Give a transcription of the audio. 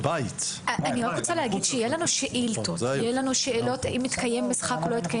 יהיו לנו שאלות ושאילתות האם התקיים משחק או לא,